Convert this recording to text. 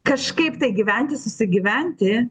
kažkaip gyventi susigyventi